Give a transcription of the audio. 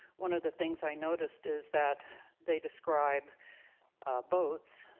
one of the things i noticed is that they describe boats,